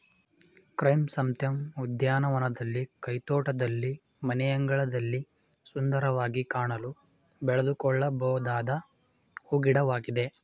chrysanthemum ಉದ್ಯಾನವನದಲ್ಲಿ, ಕೈತೋಟದಲ್ಲಿ, ಮನೆಯಂಗಳದಲ್ಲಿ ಸುಂದರವಾಗಿ ಕಾಣಲು ಬೆಳೆದುಕೊಳ್ಳಬೊದಾದ ಹೂ ಗಿಡವಾಗಿದೆ